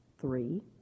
Three